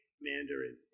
Mandarin